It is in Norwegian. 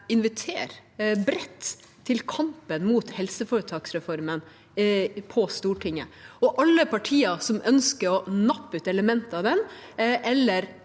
invitere bredt til kampen mot helseforetaksreformen på Stortinget. Alle partier som ønsker å nappe ut elementer av den eller